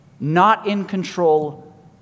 not-in-control